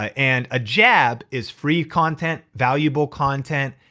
and a jab is free content, valuable content,